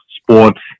sports